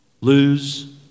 Lose